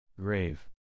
Grave